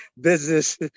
business